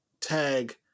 tag